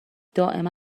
دائما